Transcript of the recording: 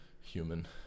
human